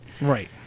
right